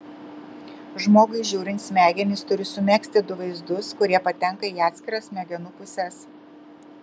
žmogui žiūrint smegenys turi sumegzti du vaizdus kurie patenka į atskiras smegenų puses